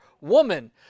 Woman